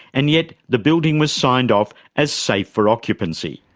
and yet the building was signed off as safe for occupancy.